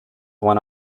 went